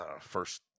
first